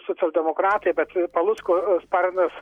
socialdemokratai bet palucko sparnas